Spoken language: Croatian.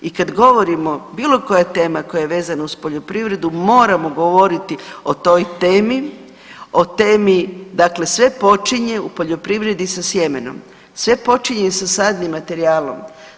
I kad govorimo bilo koja tema koja je vezana uz poljoprivredu moramo govoriti o toj temi, o temi dakle sve počinje u poljoprivredi sa sjemenom, sve počinje sa sadnim materijalom.